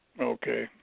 Okay